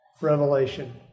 revelation